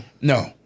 No